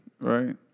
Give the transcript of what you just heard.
right